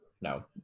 No